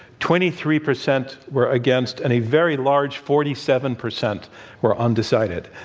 twenty three percent were against, and a very large forty seven percent were undecided.